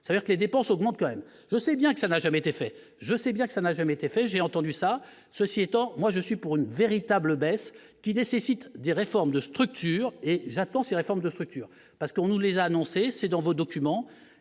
c'est-à-dire que les dépenses augmentent quand même, je sais bien que ça n'a jamais été fait, je sais bien que ça n'a jamais été fait, j'ai entendu ça, ceci étant, moi je suis pour une véritable baisse qui nécessitent des réformes de structure et j'attends ces réformes de structures parce qu'on nous les a annoncé c'est dans vos documents